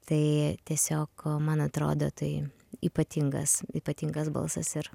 tai tiesiog man atrodo tai ypatingas ypatingas balsas ir